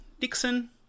Dixon